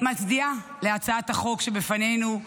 מצדיעה להצעת החוק שבפנינו,